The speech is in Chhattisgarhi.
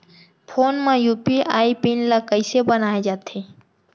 फोन म यू.पी.आई पिन ल कइसे बनाये जाथे?